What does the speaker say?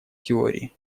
теории